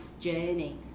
journey